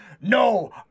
no